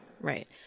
Right